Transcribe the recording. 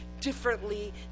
differently